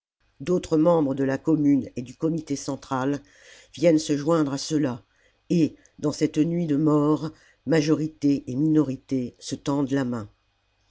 d'autres membres de la commune et du comité central viennent se joindre à ceux-là et dans cette nuit de mort majorité et minorité se tendent la main